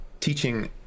teaching